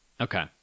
Okay